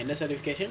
what certification